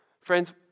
Friends